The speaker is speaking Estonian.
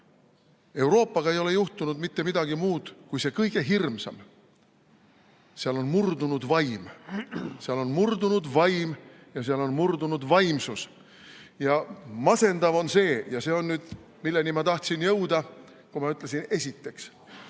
Euroopaga ei ole juhtunud mitte midagi muud kui see kõige hirmsam: seal on murdunud vaim. Seal on murdunud vaim ja seal on murdunud vaimsus. Ja masendav on see – ja see on nüüd, milleni ma tahtsin jõuda, kui ma ütlesin esiteks